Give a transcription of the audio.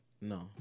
No